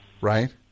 right